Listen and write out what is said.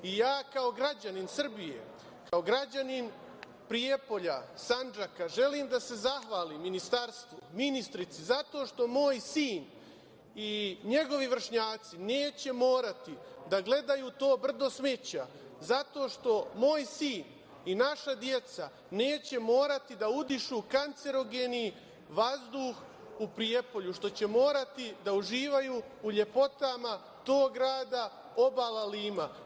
Kao građanin Srbije, kao građanin Prijepolja, Sandžaka, želim da se zahvalim Ministarstvu, ministrici, zato što moj sin i njegovi vršnjaci neće moći da gledaju to brdo smeća, zato što moj sin i naša deca neće morati da udišu kancerogeni vazduh u Prijepolju, već će morati da uživaju u lepotama tog grada, obala Lima.